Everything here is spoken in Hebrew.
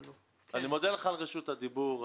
אני מודה לך על רשות הדיבור.